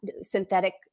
synthetic